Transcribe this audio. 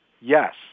yes